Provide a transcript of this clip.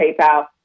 PayPal